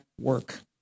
work